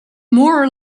more